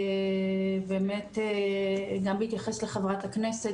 באמת גם בהתייחס לחברת הכנסת,